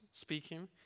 speaking